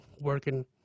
working